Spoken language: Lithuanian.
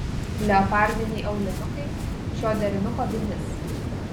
leopardiniai aulinukai šio derinuko vinis